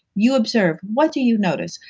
you observe. what do you notice?